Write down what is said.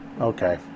okay